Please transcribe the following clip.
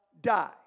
die